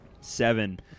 Seven